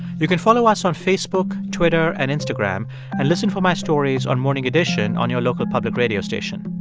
you can follow us on facebook, twitter and instagram and listen for my stories on morning edition on your local public radio station.